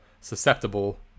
susceptible